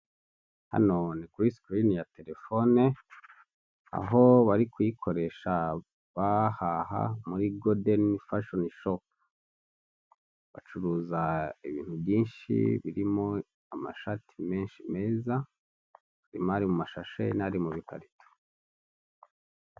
Hano ni kuri sisirini ya telefone aho bari kuyikoresha bahaha muri godeni fashoni shopu, bacuruza ibintu byinshi birimo amashati menshi meza, harimo ari mu mashashe n'ari mu bikarito.